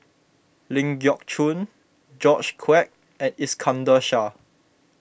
Ling Geok Choon George Quek and Iskandar Shah